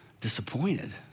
disappointed